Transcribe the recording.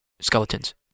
Skeletons